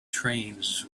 trains